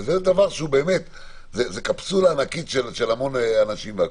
וזה קפסולה ענקית של המון אנשים והכול.